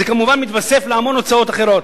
"זה כמובן מתווסף להמון הוצאות אחרות.